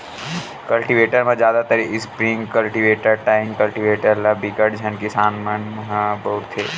cultivator म जादातर spring cultivator, tine cultivator ल बिकट झन किसान मन ह बउरथे